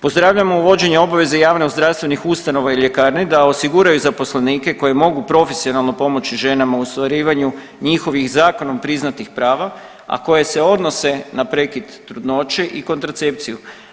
Pozdravljamo uvođenje obveze javnozdravstvenih ustanova i ljekarni da osiguraju zaposlenike koji mogu profesionalno pomoći ženama u ostvarivanju njihovom zakonom priznatih prava, a koje se odnose na prekid trudnoće i kontracepciju.